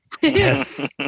Yes